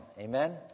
amen